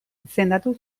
izendatu